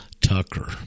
Tucker